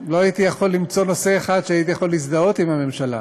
לא הייתי יכול למצוא נושא אחד שהייתי יכול להזדהות בו עם הממשלה.